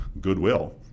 goodwill